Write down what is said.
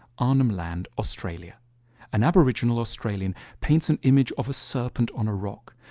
arnhem land, australia an aboriginal australian paints an image of a serpent on a rock.